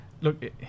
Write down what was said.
Look